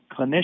clinician